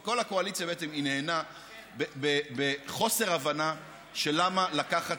כל הקואליציה בעצם הנהנה בחוסר הבנה למה לקחת